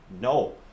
no